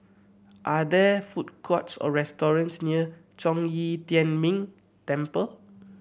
are there food courts or restaurants near Zhong Yi Tian Ming Temple